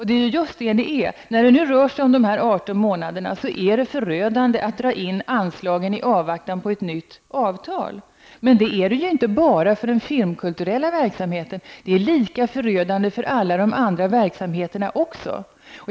Det är just vad det är. När det rör sig om 18 månader är det förödande att dra in anslagen i avvaktan på ett nytt avtal. Men detta gäller inte bara för den filmkulturella verksamheten, utan det är lika förödande för alla de andra verksamheterna.